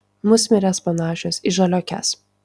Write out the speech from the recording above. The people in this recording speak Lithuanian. musmirės panašios į žaliuokes